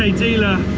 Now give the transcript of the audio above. ah dealer